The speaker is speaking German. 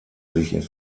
sich